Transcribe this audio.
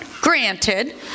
Granted